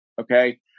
Okay